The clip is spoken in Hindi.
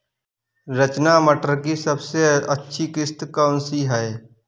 रचना मटर की सबसे अच्छी किश्त कौन सी है?